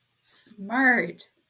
Smart